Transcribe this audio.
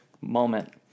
moment